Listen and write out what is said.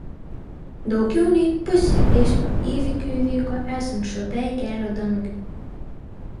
daugiau nei pusė eismo įvykių įvyko esant šlapiai kelio dangai